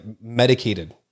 medicated